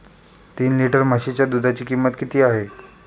तीन लिटर म्हशीच्या दुधाची किंमत किती आहे?